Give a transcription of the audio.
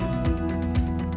and